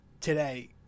today